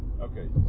Okay